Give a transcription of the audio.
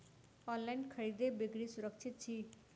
online खरीदै बिक्री सुरक्षित छी